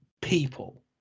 people